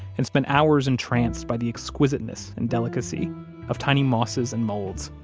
and spent hours entranced by the exquisiteness and delicacy of tiny mosses and molds,